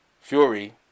Fury